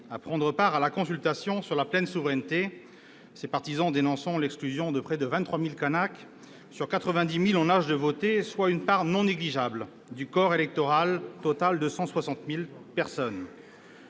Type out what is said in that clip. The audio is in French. à prendre part à la consultation sur la pleine souveraineté, ses partisans dénonçant l'exclusion de près de 23 000 Kanaks sur 90 000 en âge de voter, soit une part non négligeable du corps électoral total, qui est de 160 000 personnes.